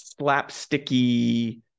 slapsticky